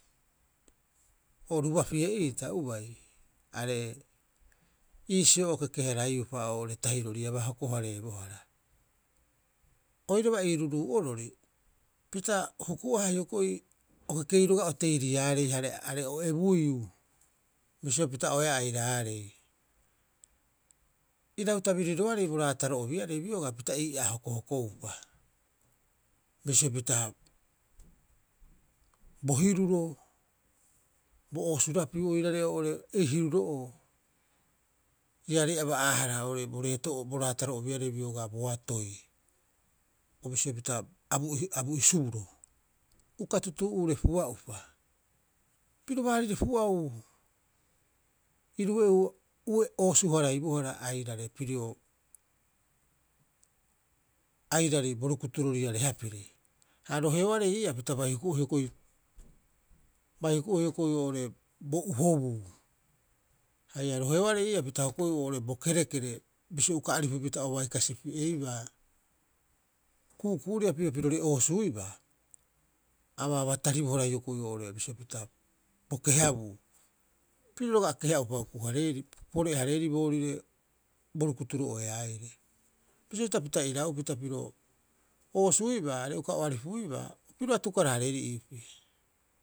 O Rubapie'iita ubai are iisio o kekeharaiiupa oo'ore tahiroriaba hokohareebohara. Oiraba iiruruu'orori pita huku'aha, hioko'i o kekeiu roga'a oteiriaarei are o ebuiiu bisio pita'oeea airaarei. Irau tabiriroarei bo raataro'obiarei biogaa pita ii'aa hokohokoupa, bisio pita bo hiruro, bo oosurapiu oirare oo'ore ei hiruro'oo iaarei aba'aahara bo raataro'obiarei biogaa boatoi, o bisio pita abu'i suburo, uka tutu'uure pua'upa. Piro baarire pu'au irue'uu oosu- haraibohara airare pirio airari bo rukutororiarehapiri. Ha roheoarei ii'aa pita bai huku'oe hioko'i bai huku'ohe hioko'i oo'ore bo uhobuu. Haia roheoarei ii'aa pita hokoeu oo'ore bo kerekere bisio uka aripupita o bai kasipi'eibaa ku'uku'uria pirio pirore oosuibaa, a baba taribohara hioko'i oo'ore bisio pita bo kehabuu. Piro roga'a keha'upa huku- hareeri, pore- hareerii boorire bo rukuturo'oeaire. Bisio hita pita iraupita piro, oosuibaa, are uka o aripuiba piro atukara- hareeri iipii.